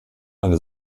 eine